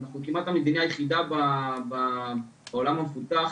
זו כמעט המדינה היחידה בעולם המפותח